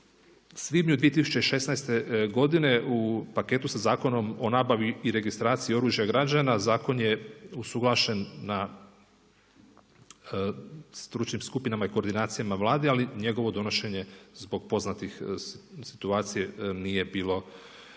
svibnju 2016. godine u paketu sa Zakonom o nabavi i registraciji oružja i građana zakon je usuglašen na stručnim skupinama i koordinacijama Vlade ali njegovo donošenje zbog poznate situacije nije bilo moguće